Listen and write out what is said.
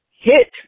hit